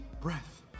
breath